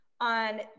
on